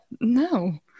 no